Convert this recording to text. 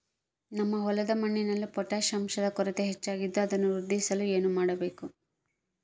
ನಮ್ಮ ಹೊಲದ ಮಣ್ಣಿನಲ್ಲಿ ಪೊಟ್ಯಾಷ್ ಅಂಶದ ಕೊರತೆ ಹೆಚ್ಚಾಗಿದ್ದು ಅದನ್ನು ವೃದ್ಧಿಸಲು ಏನು ಮಾಡಬೇಕು?